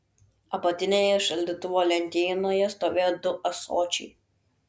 apatinėje šaldytuvo lentynoje stovėjo du ąsočiai